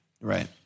Right